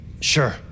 Sure